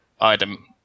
item